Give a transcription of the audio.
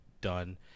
done